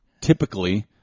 typically